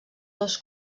dos